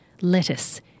Lettuce